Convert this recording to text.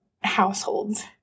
households